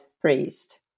Priest